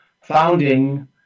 founding